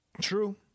true